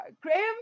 Graham